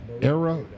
era